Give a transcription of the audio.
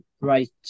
right